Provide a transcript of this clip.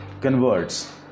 converts